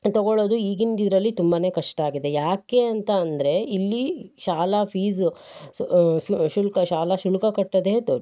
ತಗೊಳ್ಳೋದು ಈಗಿಂದು ಇದರಲ್ಲಿ ತುಂಬಾ ಕಷ್ಟ ಆಗಿದೆ ಯಾಕೆ ಅಂತ ಅಂದರೆ ಇಲ್ಲಿ ಶಾಲಾ ಫೀಸು ಶುಲ್ಕ ಶಾಲಾ ಶುಲ್ಕ ಕಟ್ಟೋದೆ ದೊಡ್ಡ